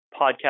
podcast